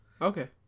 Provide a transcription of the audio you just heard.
Okay